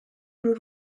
uru